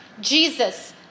Jesus